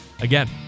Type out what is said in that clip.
again